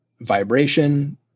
vibration